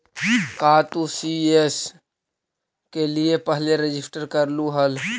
का तू सी.एस के लिए पहले रजिस्टर करलू हल